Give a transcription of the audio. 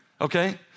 Okay